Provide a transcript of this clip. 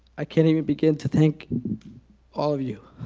i can't even begin to thank all of you